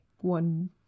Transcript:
one